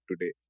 today